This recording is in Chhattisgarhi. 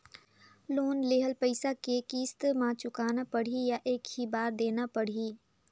लोन लेहल पइसा के किस्त म चुकाना पढ़ही या एक ही बार देना पढ़ही?